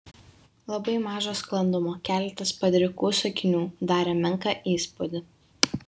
labai maža sklandumo keletas padrikų sakinių darė menką įspūdį